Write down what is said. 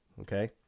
Okay